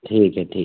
ठीक है ठीक